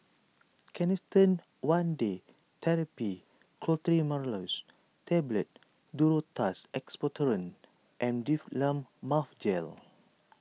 Canesten one Day therapy Clotrimazole Tablet Duro Tuss Expectorant and Difflam Mouth Gel